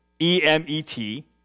E-M-E-T